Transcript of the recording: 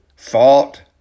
Fought